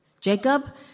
Jacob